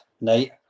night